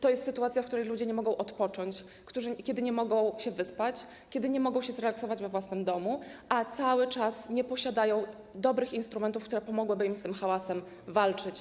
To jest sytuacja, że ludzie nie mogą odpocząć, nie mogą się wyspać, nie mogą się zrelaksować we własnym domu, a cały czas nie posiadają dobrych instrumentów, które pomogłyby im z tym hałasem walczyć.